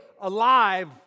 alive